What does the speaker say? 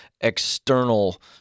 external